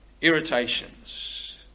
irritations